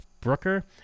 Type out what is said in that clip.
Brooker